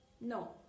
No